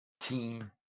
team